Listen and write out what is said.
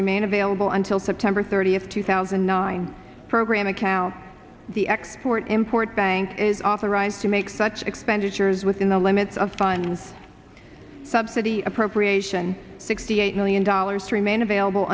remain available until september thirtieth two thousand and nine program account the export import bank is authorized to make such expenditures within the limits of funds subsidy appropriation sixty eight million dollars remain available